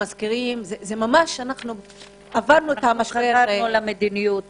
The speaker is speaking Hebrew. ממש עברנו את המשבר --- זו המדיניות